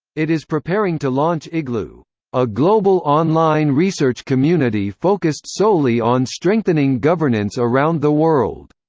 it is preparing to launch igloo a global online research community focused solely on strengthening governance around the world.